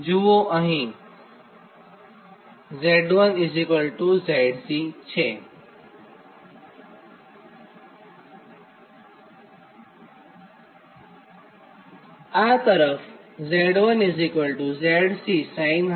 જુઓ અને અહીં Z1 ZC છે